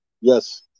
Yes